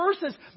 verses